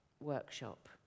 workshop